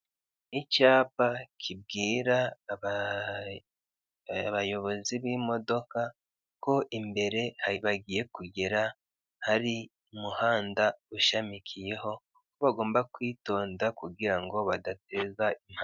Icyapa kibwira abayobozi b'imodoka ko imbere bagiye kugera hari umuhanda ushamikiyeho ko bagomba kwitonda kugira ngo badateza impanuka.